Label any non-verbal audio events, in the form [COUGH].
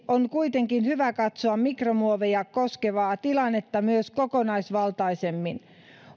[UNINTELLIGIBLE] on kuitenkin hyvä katsoa mikromuoveja koskevaa tilannetta myös kokonaisvaltaisemmin